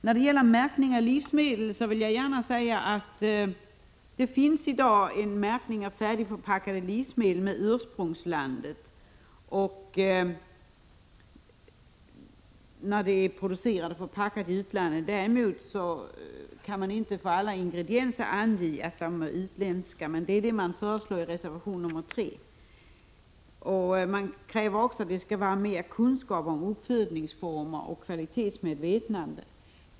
När det gäller märkning av livsmedel vill jag gärna säga att det i dag finns en märkning av färdigförpackade livsmedel med ursprungslandet och när det är producerat och förpackat i utlandet. Man kan dock inte få alla ingredienser angivna, vilket föreslås i reservation 3. Där krävs också mer kunskap om uppfödningsformer och kvalitetsmedvetande.